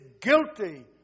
guilty